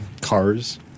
cars